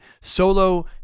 solo